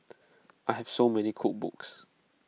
I have so many cookbooks